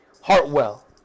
Hartwell